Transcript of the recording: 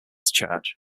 church